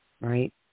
right